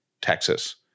Texas